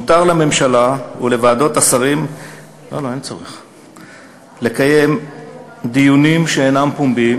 מותר לממשלה ולוועדות השרים לקיים דיונים שאינם פומביים.